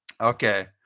Okay